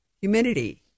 humidity